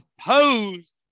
opposed